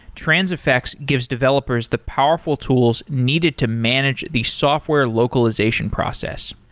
transifex gives developers the powerful tools needed to manage the software localization process.